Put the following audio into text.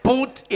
put